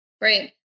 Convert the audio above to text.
Great